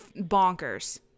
bonkers